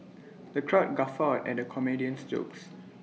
the crowd guffawed at the comedian's jokes